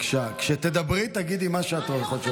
כשתדברי תגידי מה שאת חושבת.